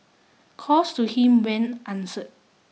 calls to him went answered